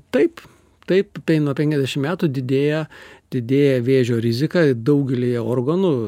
taip taip tai nuo penkiasdešim metų didėja didėja vėžio rizika daugelyje organų